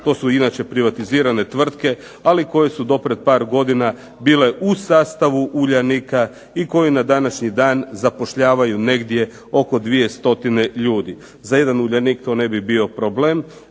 To su inače privatizirane tvrtke, ali koje su do pred par godina bile u sastavu "Uljanika" i koje na današnji dan zapošljavaju negdje oko 200 ljudi. Za jedan "Uljanik" to ne bi bio problem